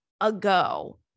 ago